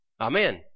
Amen